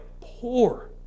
poor